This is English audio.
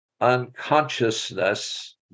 unconsciousness